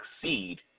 succeed